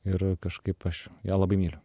ir kažkaip aš ją labai myliu